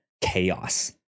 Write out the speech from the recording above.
chaos